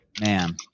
Man